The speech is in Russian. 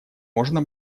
можно